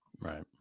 right